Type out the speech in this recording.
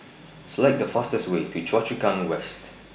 Select The fastest Way to Choa Chu Kang West